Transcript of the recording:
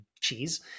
cheese